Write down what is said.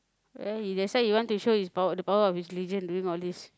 really that's why he want to show his power the power of his religion doing all these